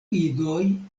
idoj